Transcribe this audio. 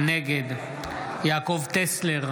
נגד יעקב טסלר,